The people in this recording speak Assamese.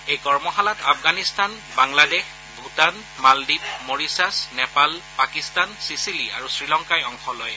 এই কৰ্মশালাত আফগানিস্তান বাংলাদেশ ভূটান মালদ্বীপ মৰিচাচ নেপাল পাকিস্তান চিচিলি আৰু শ্ৰীলংকাই অংশ লয়